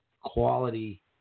quality